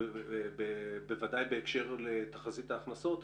בוודאי בהקשר לתחזית ההכנסות,